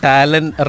Talent